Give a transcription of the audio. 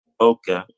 okay